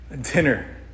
dinner